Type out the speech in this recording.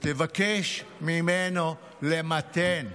תבקש ממנו למתן.